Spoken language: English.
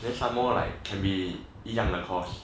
then some like can be 一样的 course